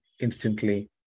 Instantly